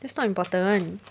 that's not important